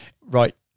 right